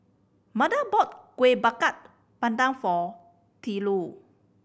Manda bought Kueh Bakar Pandan for Twila